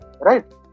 Right